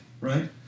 right